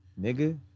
Nigga